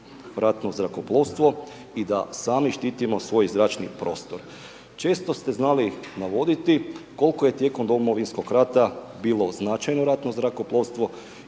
ratno zrakoplovstvo i da sami štitimo svoj zračni prostor. Često ste znali navoditi koliko je tijekom Domovinskog rata bilo značajno ratno zrakoplovstvo